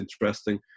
interesting